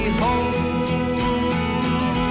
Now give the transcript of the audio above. home